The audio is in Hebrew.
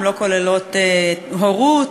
הן לא כוללות הורות,